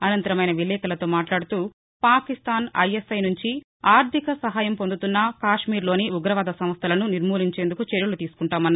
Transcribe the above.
అనంతరం ఆయన విలేకరులతో మాట్లాడుతూపాకిస్తాన్ ఐఎస్ఐ నుంచి ఆర్లిక సహాయం పొందుతున్న కాశ్నీర్లోని ఉగ్రవాద సంస్లలను నిర్మూలించేందుకు చర్యలు తీసుకుంటామన్నారు